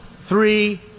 three